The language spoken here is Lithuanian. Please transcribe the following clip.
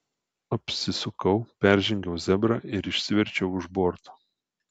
apsisukau peržengiau zebrą ir išsiverčiau už borto